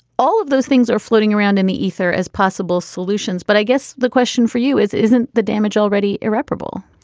all of those things are floating around in the ether as possible solutions. but i guess the question for you is, isn't the damage already irreparable?